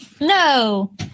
No